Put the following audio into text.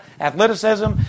athleticism